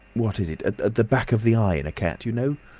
what is it at at the back of the eye in a cat. you know?